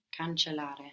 Cancellare